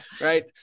Right